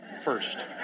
first